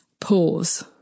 Pause